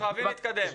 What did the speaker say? אנחנו חייבים להתקדם.